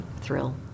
thrill